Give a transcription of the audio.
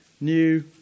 new